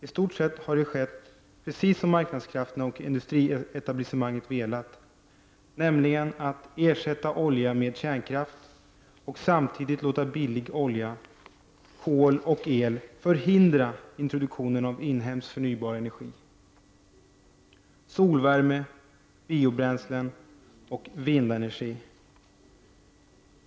I stort sett har precis det skett som marknadskrafterna och industrietablissemanget har velat, nämligen att olja ersätts med kärnkraft samtidigt som billig olja, kol och el förhindrar introduktion av inhemsk förnybar energi — solvärme, biobränslen och vindenergi.